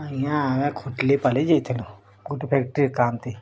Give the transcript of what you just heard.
ଆଜ୍ଞା ଆମେ ଖଟଲିପାଲି ଯାଇଥିଲୁ ଗୋଟେ ଫ୍ୟାକ୍ଟ୍ରି କାମ ଥି